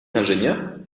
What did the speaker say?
ingénieur